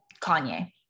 Kanye